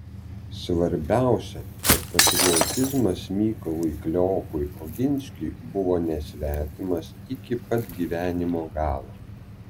svarbiausia kad patriotizmas mykolui kleopui oginskiui buvo nesvetimas iki pat gyvenimo galo